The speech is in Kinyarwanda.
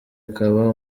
akaba